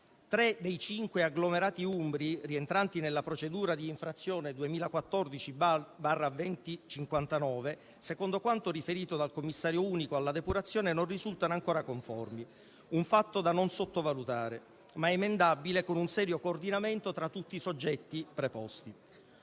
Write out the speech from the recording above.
Tre dei cinque agglomerati umbri rientranti nella procedura di infrazione 2014/2059 secondo quanto riferito dal commissario unico alla depurazione non risultano ancora conformi, un fatto da non sottovalutare, ma emendabile con un serio coordinamento tra tutti i soggetti preposti.